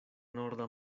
norda